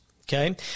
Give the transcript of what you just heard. Okay